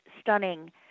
stunning